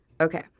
Okay